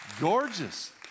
Gorgeous